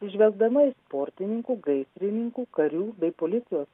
žvelgdama į sportininkų gaisrininkų karių bei policijos